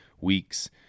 weeks